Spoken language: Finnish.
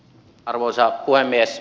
arvoisa puhemies